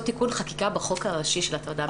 תיקון חקיקה בחוק הראשי של הטרדה מינית.